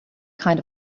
kind